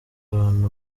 abantu